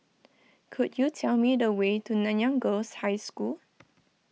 could you tell me the way to Nanyang Girls' High School